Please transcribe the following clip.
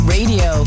Radio